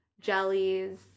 jellies